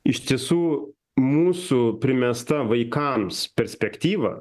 iš tiesų mūsų primesta vaikams perspektyva